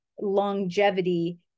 longevity